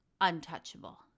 untouchable